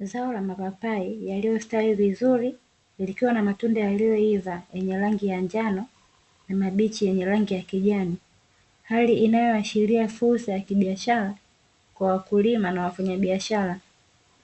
Zao la mapapai yaliyostawi vizuri likiwa na matunda yaliyoiva yenye rangi ya njano na mabichi yenye rangi ya kijani, hali inayoashiria fursa ya kibiashara kwa wakulima na wafanyabiashara